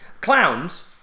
Clowns